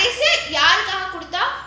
so யாருக்காக கொடுத்த:yaarukaaga kodutha